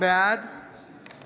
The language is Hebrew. בעד